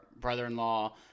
brother-in-law